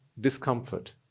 discomfort